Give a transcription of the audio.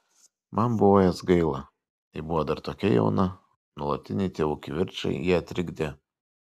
man buvo jos gaila ji buvo dar tokia jauna nuolatiniai tėvų kivirčai ją trikdė